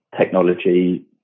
technology